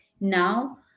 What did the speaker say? Now